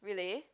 really